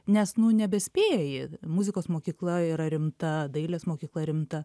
nes nu nebespėji muzikos mokykla yra rimta dailės mokykla rimta